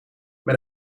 met